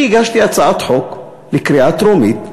אני הגשתי הצעת חוק לקריאה טרומית שמהותה,